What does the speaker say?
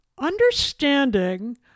understanding